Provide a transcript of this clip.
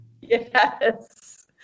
Yes